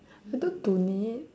I don't donate